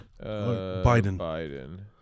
Biden